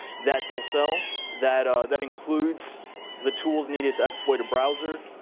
that they'll sell that ah that includes the tools needed to exploit a browser,